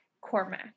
Cormac